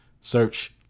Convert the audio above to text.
search